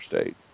State